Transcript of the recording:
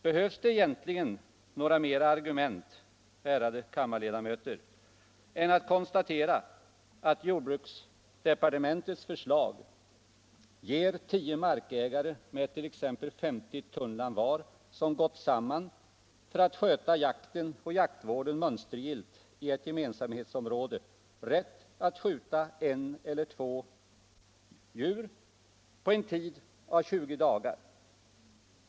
Behövs det egentligen några flera argument, ärade kammarledamöter, än konstaterandet att jordbruksdepartementets förslag ger tio markägare med t.ex. 50 tunnland var, som gått samman för att sköta jakten och jaktvården mönstergillt i ett gemensamhetsområde, rätt att skjuta ett eller två djur på en tid av 20 dagar?